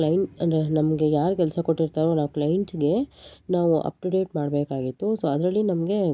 client ಅಂದರೆ ನಮಗೆ ಯಾರು ಕೆಲಸ ಕೊಟ್ಟಿರ್ತಾರೊ ನಾವು ಕ್ಲೈಂಟಿಗೆ ನಾವು ಅಪ್ ಟು ಡೇಟ್ ಮಾಡಬೇಕಾಗಿತ್ತು ಸೋ ಅದರಲ್ಲಿ ನಮಗೆ